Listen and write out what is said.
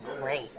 great